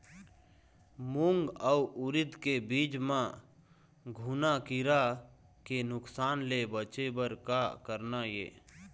मूंग अउ उरीद के बीज म घुना किरा के नुकसान ले बचे बर का करना ये?